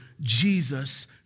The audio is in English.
Jesus